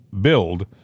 build